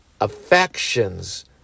affections